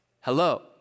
Hello